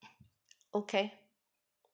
okay